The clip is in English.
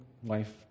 Wife